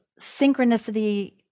synchronicity